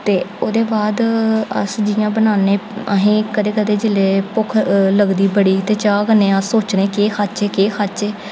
ते ओह्दे बाद अस जि'यां बनाने अहें कदें कदें जेल्लै भुक्ख लगदी बड़ी ते चाह् कन्नै अस सोचने की केह् खाचै केह् खाचै